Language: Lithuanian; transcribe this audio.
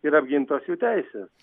ir apgintos jų teisės